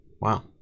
Wow